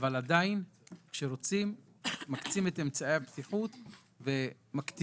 אבל כשרוצים מקצים את אמצעי הבטיחות ומקטינים